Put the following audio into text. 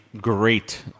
great